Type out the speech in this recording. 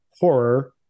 horror